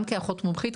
גם כאחות מומחית,